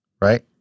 right